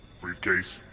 Briefcase